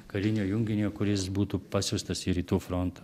karinio junginio kuris būtų pasiųstas į rytų frontą